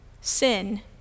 sin